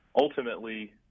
ultimately